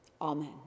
Amen